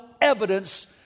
evidence